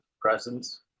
presence